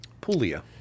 Puglia